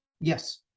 Yes